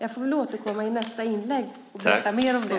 Jag får väl återkomma i nästa inlägg och berätta mer om det.